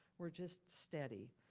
we're just steady.